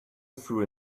through